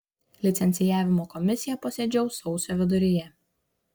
licencijavimo komisija posėdžiaus sausio viduryje